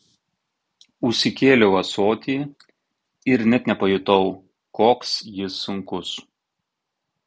užsikėliau ąsotį ir net nepajutau koks jis sunkus